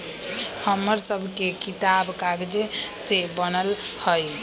हमर सभके किताब कागजे से बनल हइ